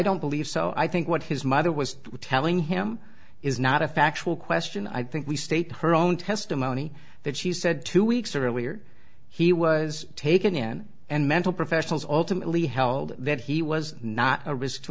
don't believe so i think what his mother was telling him is not a factual question i think we state her own testimony that she said two weeks earlier he was taken in and mental professionals ultimately held that he was not a risk to